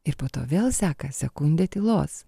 ir po to vėl seka sekundė tylos